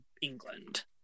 england